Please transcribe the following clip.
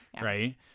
Right